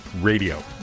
radio